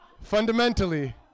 fundamentally